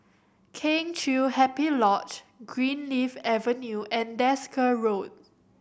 Kheng Chiu Happy Lodge Greenleaf Avenue and Desker Road